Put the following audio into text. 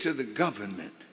to the government